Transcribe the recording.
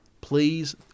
Please